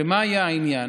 הרי מה היה העניין?